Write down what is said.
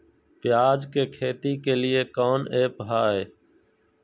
प्याज के खेती के लिए कौन ऐप हाय?